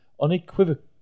unequivocally